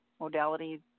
modalities